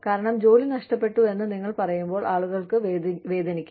കാരണം ജോലി നഷ്ടപ്പെട്ടുവെന്ന് നിങ്ങൾ പറയുമ്പോൾ ആളുകൾക്ക് വേദനിക്കും